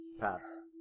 Pass